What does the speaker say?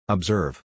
Observe